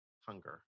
hunger